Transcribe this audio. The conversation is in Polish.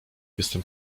jestem